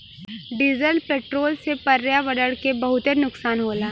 diesel petrol से पर्यावरण के बहुते नुकसान होला